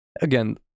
again